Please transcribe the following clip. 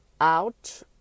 out